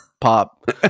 pop